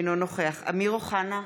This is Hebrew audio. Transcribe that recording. אינו נוכח אמיר אוחנה,